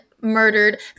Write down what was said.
murdered